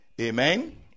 Amen